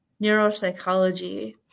neuropsychology